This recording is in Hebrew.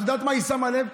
את יודעת למה היא שמה לב?